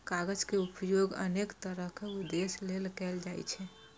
कागज के उपयोग अनेक तरहक उद्देश्य लेल कैल जाइ छै